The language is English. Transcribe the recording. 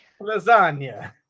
lasagna